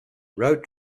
road